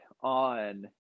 on